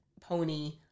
pony